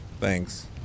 Thanks